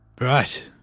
Right